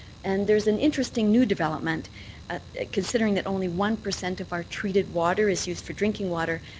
and there's an interesting new development considering that only one percent of our treated water is used for drinking water,